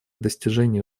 достижения